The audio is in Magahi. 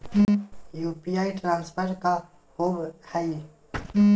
यू.पी.आई ट्रांसफर का होव हई?